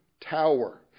tower